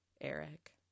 eric